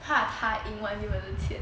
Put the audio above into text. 怕他赢完你们的钱